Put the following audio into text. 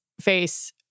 face